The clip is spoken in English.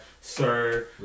Sir